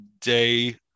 day